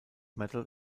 metal